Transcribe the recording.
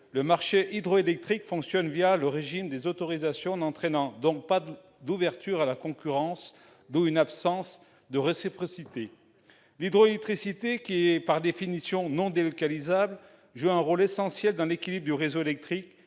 le marché hydroélectrique fonctionne le régime des autorisations, n'entraînant donc pas d'ouverture à la concurrence, d'où une absence de réciprocité. L'hydroélectricité, qui est, par définition, non délocalisable, joue un rôle essentiel dans l'équilibre du réseau électrique,